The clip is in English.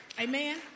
Amen